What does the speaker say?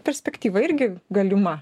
perspektyva irgi galima